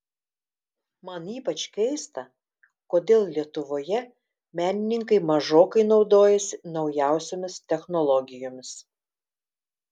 man ypač keista kodėl lietuvoje menininkai mažokai naudojasi naujausiomis technologijomis